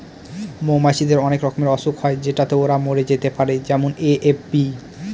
মৌমাছিদের অনেক রকমের অসুখ হয় যেটাতে ওরা মরে যেতে পারে যেমন এ.এফ.বি